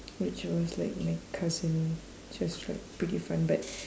which was like my cousin which was like pretty fun but